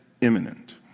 imminent